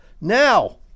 Now